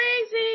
Crazy